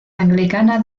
anglicana